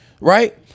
right